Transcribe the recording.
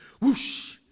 whoosh